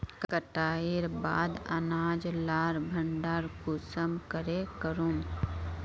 कटाईर बाद अनाज लार भण्डार कुंसम करे करूम?